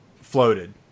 floated